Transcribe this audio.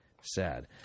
sad